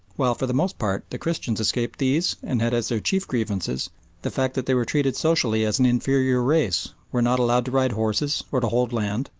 while for the most part the christians escaped these and had as their chief grievances the facts that they were treated socially as an inferior race, were not allowed to ride horses, or to hold land,